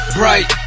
bright